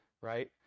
right